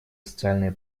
социальные